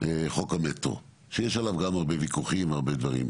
חוק המטרו, שיש עליו גם הרבה ויכוחים והרבה דברים.